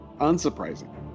Unsurprising